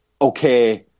okay